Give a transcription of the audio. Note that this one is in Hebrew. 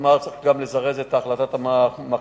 כלומר, צריך גם לזרז את החלטת המחליטים,